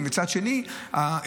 ומצד שני שהאזרחים,